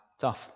Tough